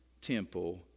temple